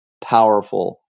powerful